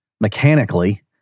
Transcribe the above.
mechanically